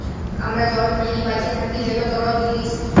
আমরা জল খাঁইয়ে বাঁইচে থ্যাকি যেট তরল জিলিস